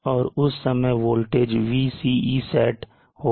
और उस समय वोल्टेज Vcesat होगा